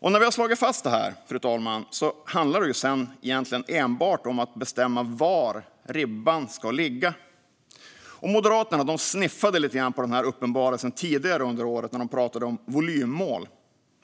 När vi väl har slagit fast detta, fru talman, handlar det egentligen enbart om att bestämma var ribban ska ligga. Moderaterna var och sniffade lite på den uppenbarelsen tidigare under året, när de pratade om volymmål.